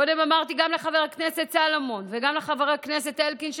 קודם אמרתי גם לחבר הכנסת סלומון וגם לחבר הכנסת אלקין,